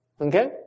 Okay